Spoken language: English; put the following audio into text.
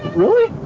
really?